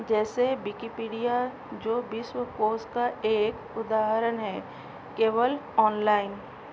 जैसे बिकिपीडिया जो विश्व कोश का एक उदाहरण है केवल ऑनलाइन